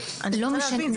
אני רוצה להבין.